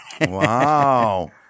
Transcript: Wow